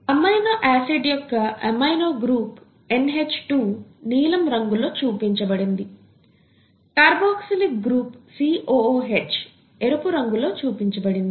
amino acid యొక్క amino group NH2 నీలం రంగు లో చూపించబడింది కార్బొక్సీలిక్ గ్రూప్ COOH ఎరుపు రంగులో చూపించబడింది